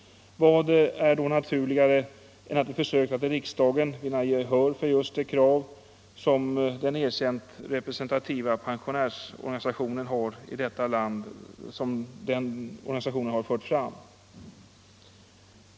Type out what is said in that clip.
Vad är då naturligare än att vi försökt att i riksdagen vinna gehör för just de krav som den erkänt representativa pensionärsorganisationen har fört fram?